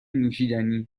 نوشیدنی